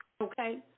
Okay